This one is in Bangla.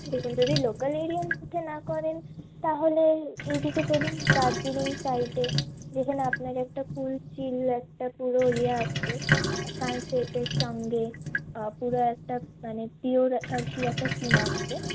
দেখুন যদি লোকাল এরিয়ার মধ্যে না করেন তাহলে এইদিকে চলুন দার্জিলিং সাইটে যেখানে আপনার একটা ফুল একটা পুরো ইয়ে আসবে সানসেটের সঙ্গে পুরো একটা মানে পিওর আর কি একটা সীন আসবে